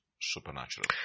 supernatural